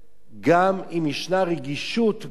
גם אם ישנה רגישות גבוהה.